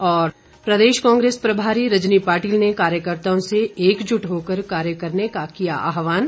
और प्रदेश कांग्रेस प्रभारी रजनी पाटिल ने कार्यकर्ताओं से एकजुट होकर कार्य करने का किया आहवान